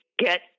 get